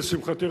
לשמחתי,